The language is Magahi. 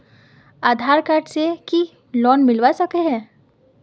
आधार कार्ड से की लोन मिलवा सकोहो?